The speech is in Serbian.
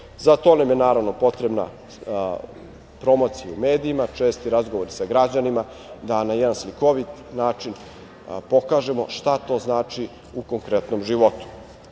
to nam je, naravno, potrebna promocija u medijima, česti razgovori sa građanima, da na jedan slikovit način pokažemo šta to znači u konkretnom životu. Imajući